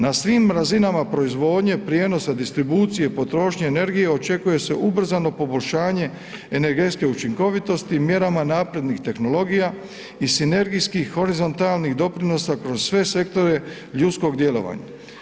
Na svim razinama proizvodnje prijenosa, distribucije, potrošnje energije očekuje se ubrzano poboljšanje energetske učinkovitosti mjerama naprednih tehnologija i sinergijskih horizontalnih doprinosa kroz sve sektore ljudskog djelovanja.